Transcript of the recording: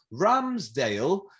Ramsdale